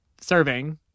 serving